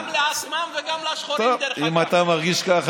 גם לעצמם וגם לשחורים, דרך